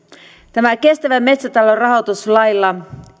tämän kestävän metsätalouden rahoituslailla